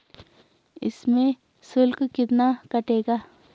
इसमें शुल्क कितना कटेगा?